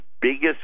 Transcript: biggest